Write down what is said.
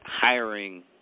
hiring